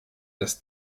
das